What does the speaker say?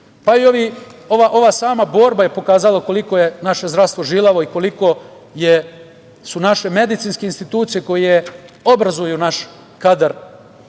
Pa, i ova sama borba je pokazala koliko je naše zdravstvo žilavo i koliko su naše medicinske institucije koje obrazuju naš kadar